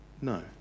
no